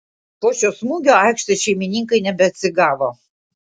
po šio smūgio aikštės šeimininkai nebeatsigavo